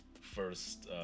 first